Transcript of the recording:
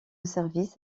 service